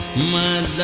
man